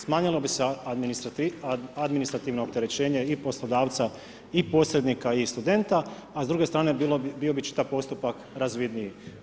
Smanjilo bi se administrativno opterećenje i poslodavca i posrednika i studenta, a s druge strane, bio bi čitav postupak razvidniji.